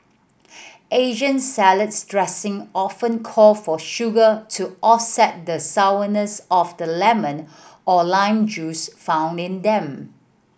Asian salads dressing often call for sugar to offset the sourness of the lemon or lime juice found in them